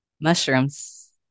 Mushrooms